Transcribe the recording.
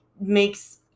makes